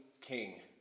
king